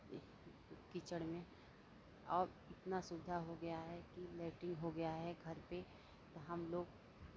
कीचड़ में अब इतना सुविधा हो गया है कि लैट्रिन हो गया है घर पर तो हमलोग